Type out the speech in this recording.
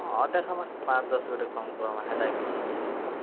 ହଁ ଦେଖ୍ମା ପାଞ୍ଚ ଦଶ୍ ଗୋଟେ କମ୍ କର୍ମା ସେଟା କିଛି ନାଇଁ